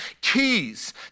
keys